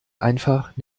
einfach